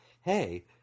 hey